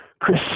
Chris